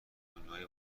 دنیای